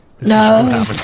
no